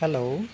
hello